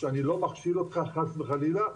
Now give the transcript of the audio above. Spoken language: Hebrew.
שאני לא מכשיל אותך חס וחלילה,